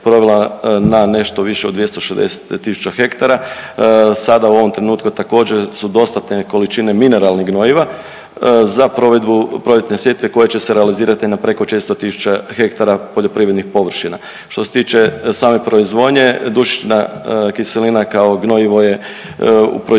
na nešto više od 260 tisuća hektara, sada u ovom trenutku također su dostatne količine mineralnih gnojiva za provedbu proljetne sjetve koja će se realizirati na preko 400 tisuća hektara poljoprivrednih površina. Što se tiče same proizvodnje dušična kiselina kao gnojivo je u proizvodnji